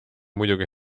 muidugi